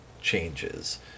changes